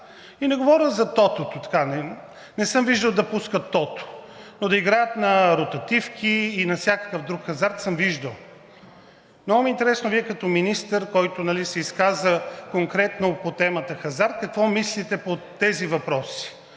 И не говоря за тотото, не съм виждал да пускат тото, но да играят на ротативки и на всякакъв друг хазарт съм виждал. Много ми е интересно Вие като министър, който се изказа конкретно по темата хазарт, какво мислите по тези въпроси.